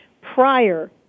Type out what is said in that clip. prior